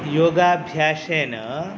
योगाभ्यासेन